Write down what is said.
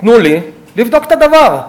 תנו לי לבדוק את הדבר.